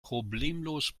problemlos